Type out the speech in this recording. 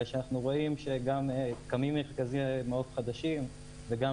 אנחנו רואים שגם קמים מרכזי מעוף חדשים וגם